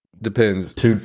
Depends